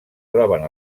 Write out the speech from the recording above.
troben